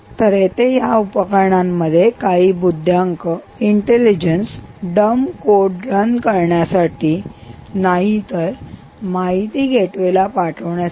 तर इथे या उपकरणांमध्ये काही बुद्ध्यांक डंब कोड रन करण्यासाठी नाही तर माहिती गेटवेला पाठवण्यासाठी